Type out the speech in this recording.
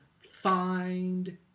find